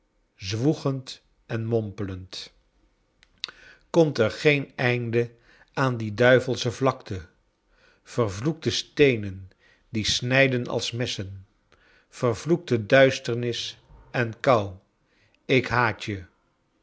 zwoegend en morapelend komt er geen einde aan die duivelsche vlakte vervloekte steenen die snijden als messen vervloekte duisternis en koul ik haat